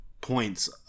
points